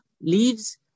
leaves